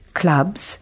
clubs